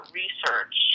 research